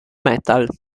metal